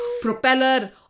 propeller